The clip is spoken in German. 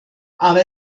aber